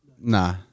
Nah